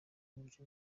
uburyo